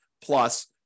plus